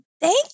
Thank